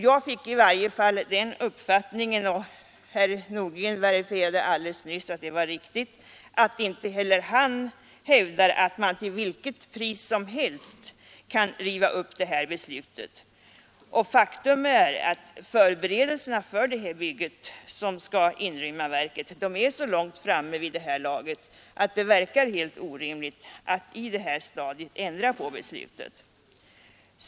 Jag fick i varje fall den uppfattningen — och herr Nordgren verifierade den alldeles nyss — att inte heller han hävdar att man till vilket pris som helst kan riva upp det «här beslutet. Faktum är att förberedelserna för det bygge som skall inrymma verket har hunnit så långt vid det här laget att det förefaller helt orimligt att på detta stadium ändra på beslutet.